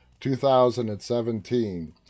2017